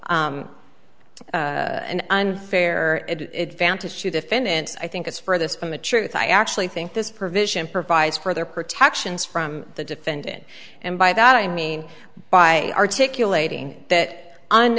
s an unfair advantage to defendants i think it's for this from the truth i actually think this provision provides further protections from the defendant and by that i mean by articulating that